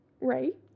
Right